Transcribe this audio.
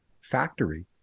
factory